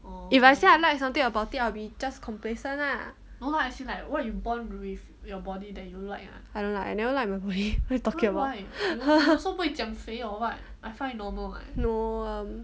if I say I like something about I will be just complacent lah I never like my body what you really talking about no um